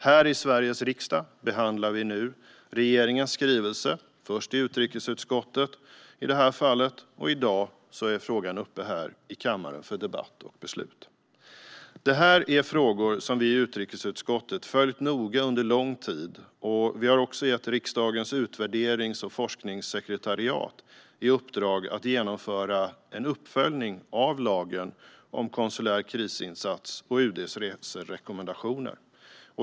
Här i Sveriges riksdag behandlar vi regeringens skrivelse, i det här fallet först i utrikesutskottet, och i dag är frågan uppe i kammaren för debatt och beslut. Det här är frågor som vi i utrikesutskottet följt noga under lång tid. Vi har också gett riksdagens utvärderings och forskningssekretariat i uppdrag att genomföra en uppföljning av lagen om konsulära katastrofinsatser och UD:s reserekommendationer.